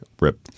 Rip